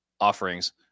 offerings